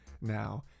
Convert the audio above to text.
Now